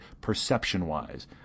perception-wise